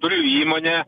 turiu įmonę